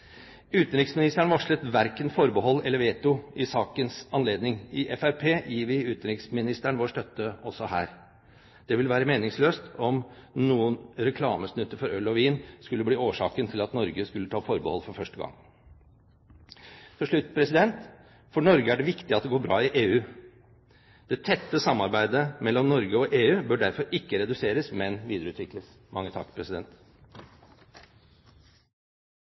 Utenriksministeren varslet verken forbehold eller veto i sakens anledning. I Fremskrittspartiet gir vi utenriksministeren vår støtte også her. Det ville være meningsløst om noen reklamesnutter for øl og vin skulle bli årsaken til at Norge skulle ta forbehold for første gang. Til slutt: For Norge er det viktig at det går bra i EU. Det tette samarbeidet mellom Norge og EU bør derfor ikke reduseres, men videreutvikles.